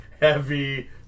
heavy